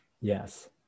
Yes